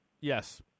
yes